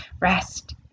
rest